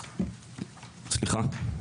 סליחה?